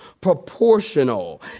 proportional